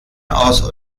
aus